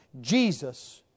Jesus